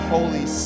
Holy